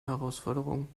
herausforderung